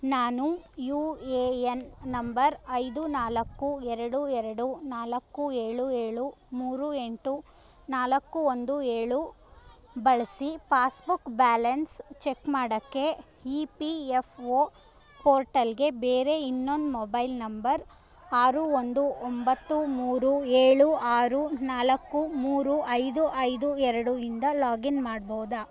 ನಾನು U A N number ಐದು ನಾಲ್ಕು ಎರಡು ಎರಡು ನಾಲ್ಕು ಏಳು ಏಳು ಮೂರು ಎಂಟು ನಾಲ್ಕು ಒಂದು ಏಳು ಬಳ್ಸಿ ಪಾಸ್ಬುಕ್ ಬ್ಯಾಲೆನ್ಸ್ ಚಕ್ ಮಾಡಕ್ಕೆ ಇ ಪಿ ಎಫ್ ಓ ಪೋರ್ಟಲ್ಗೆ ಬೇರೆ ಇನ್ನೊಂದು ಮೊಬೈಲ್ ನಂಬರ್ ಆರು ಒಂದು ಒಂಬತ್ತು ಮೂರು ಏಳು ಆರು ನಾಲ್ಕು ಮೂರು ಐದು ಐದು ಎರಡು ಇಂದ ಲಾಗಿನ್ ಮಾಡ್ಬೋದಾ